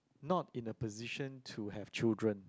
not in a position to have children